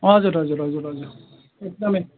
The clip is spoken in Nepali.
हजुर हजुर हजुर हजुर एकदमै